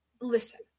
Listen